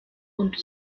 und